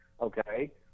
Okay